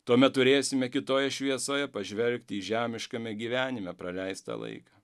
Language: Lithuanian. tuomet turėsime kitoje šviesoje pažvelgti į žemiškame gyvenime praleistą laiką